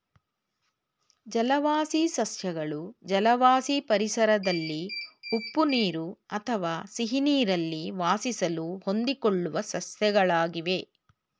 ಜಲವಾಸಿ ಸಸ್ಯಗಳು ಜಲವಾಸಿ ಪರಿಸರದಲ್ಲಿ ಉಪ್ಪು ನೀರು ಅಥವಾ ಸಿಹಿನೀರಲ್ಲಿ ವಾಸಿಸಲು ಹೊಂದಿಕೊಳ್ಳುವ ಸಸ್ಯಗಳಾಗಿವೆ